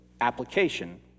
application